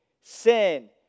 sin